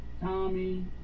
Tommy